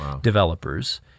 developers